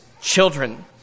children